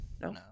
No